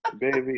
Baby